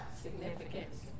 Significance